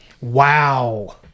wow